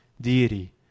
deity